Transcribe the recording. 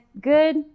good